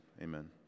Amen